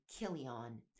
Kilion